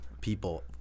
people